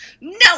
No